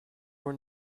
were